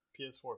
PS4